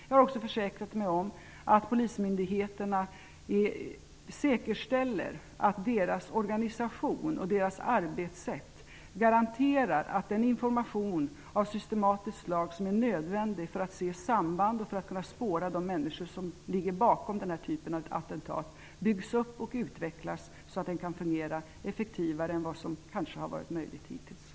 Jag har också försäkrat mig om att polismyndigheterna säkerställer att deras organisationer och deras arbetssätt garanterar att den information av systematiskt slag som är nödvändig för att man skall se samband och kunna spåra de människor som ligger bakom den här typen av attentat byggs upp och utvecklas så att den kan fungera effektivare än vad den kanske hittills har gjort.